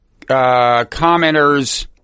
commenters